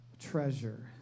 treasure